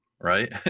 Right